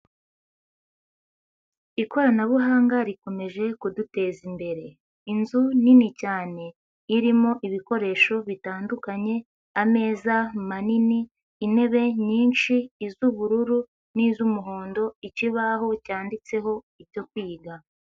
Ikoranabuhanga rikomeje kuduteza imbere, inzu nini cyane irimo ibikoresho bitandukanye, ameza manini, intebe nyinshi iz'ubururu n'iz'umuhondo, ikibaho cyanditseho ibyo kwiga.